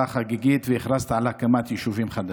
חגיגית והכרזת על הקמת יישובים חדשים.